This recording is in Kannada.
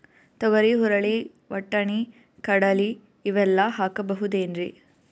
ತೊಗರಿ, ಹುರಳಿ, ವಟ್ಟಣಿ, ಕಡಲಿ ಇವೆಲ್ಲಾ ಹಾಕಬಹುದೇನ್ರಿ?